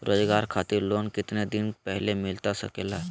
रोजगार खातिर लोन कितने दिन पहले मिलता सके ला?